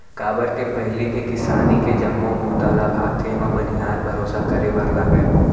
काबर के पहिली किसानी के जम्मो बूता ल हाथे म बनिहार भरोसा करे बर लागय